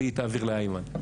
והיא תעביר לאיימן.